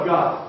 God